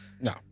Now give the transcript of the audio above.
no